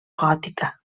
gòtica